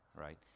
right